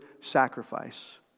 sacrifice